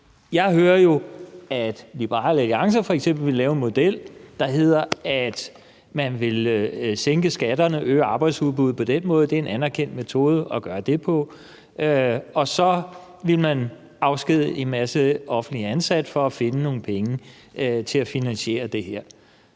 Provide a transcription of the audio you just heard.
Jeg hører jo, at f.eks. Liberal Alliance vil lave en model, der hedder, at man vil sænke skatterne og øge arbejdsudbuddet – det er en anerkendt metode at gøre det på – og så vil man afskedige en masse offentligt ansatte for at finde nogle penge til at finansiere det her.